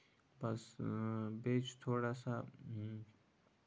بَس بیٚیہِ چھِ تھوڑا سا